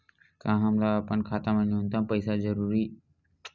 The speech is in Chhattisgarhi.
का हमला अपन खाता मा न्यूनतम पईसा रखना जरूरी हे?